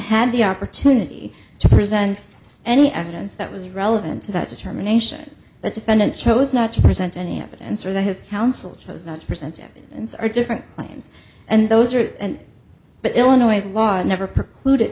had the opportunity to present any evidence that was relevant to that determination the defendant chose not to present any evidence or the his counsel chose not to present evidence are different claims and those are but illinois law i never